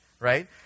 right